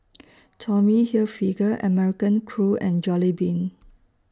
Tommy Hilfiger American Crew and Jollibean